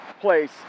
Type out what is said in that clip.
place